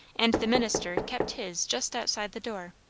and the minister kept his just outside the door.